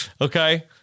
okay